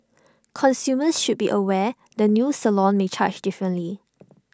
consumers should be aware the new salon may charge differently